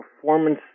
performance